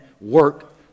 work